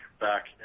back